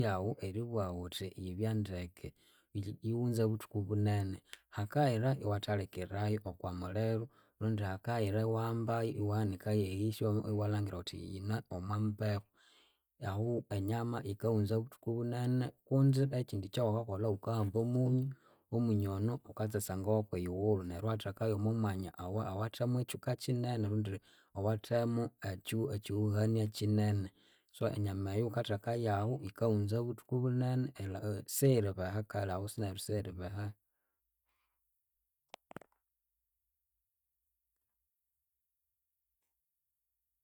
Yawu eribuwawuthi yibyendeke, yiwunze buthuku bunene hakayira iwathalikiriyayu okwamulhiro rundi hakayira iwahambayu iwahanika yeyihya iwabya wuka lhangira wuthi yine omwa mbehu. Ahu enyama yikawunza buthuku bunene kunzi ekyindi ekyawukakolha wukahamba omunyu, omunyu ono wukatsatsanga woko eyiwulu neryu iwatheka yomwamwanya owathemu kyuka kyinene rundi owathemu ekyu ekyihuhania kyinene. So enyama eyu wukatheka yahu yikawunza buthuku bunene siyiribeha kale ahu neryu siyiribeha